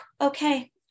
okay